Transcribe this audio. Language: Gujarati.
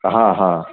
હા હા